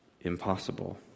impossible